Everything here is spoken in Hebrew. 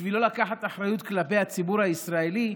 בשביל לא לקחת אחריות כלפי הציבור הישראלי,